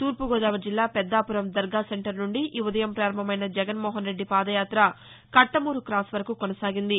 తూర్పు గోదావరి జిల్లా పెద్దాపురం దర్గా సెంటర్ నుండి ఈ ఉదయం ప్రారంభమైన జగన్నోహన్ రెడ్డి పాదయాత్ర కట్లమూరు క్రాస్ వరకు కొనసాగింది